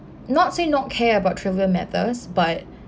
not say not care about trivial matters but